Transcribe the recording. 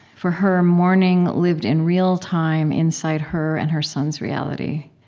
for her, mourning lived in real time inside her and her son's reality.